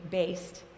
based